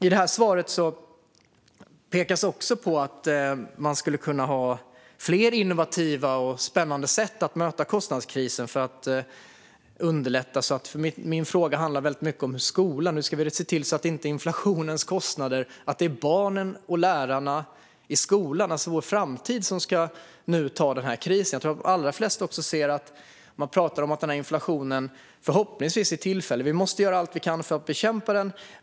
I svaret pekas det också på att man skulle kunna ha fler innovativa och spännande sätt att möta kostnadskrisen för att underlätta. Min fråga handlar väldigt mycket om skolan. Hur ska vi se till att det inte är barnen och lärarna i skolan, alltså vår framtid, som ska bära kostnaderna för inflationen och drabbas av denna kris? Jag tror att de allra flesta ser att det pratas om att denna inflation förhoppningsvis är tillfällig. Vi måste göra allt vi kan för att bekämpa den.